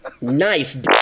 Nice